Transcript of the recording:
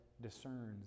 discerns